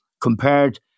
compared